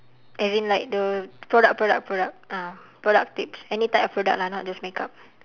as in like the product product product ah product tips any type of product lah not just makeup